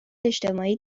اجتماعی